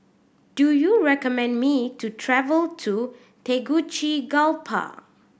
do you recommend me to travel to Tegucigalpa